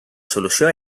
solució